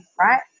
right